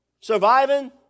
surviving